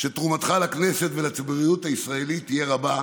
שתרומתך לכנסת ולציבוריות הישראלית תהיה רבה,